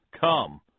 Come